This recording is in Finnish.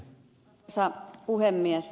arvoisa puhemies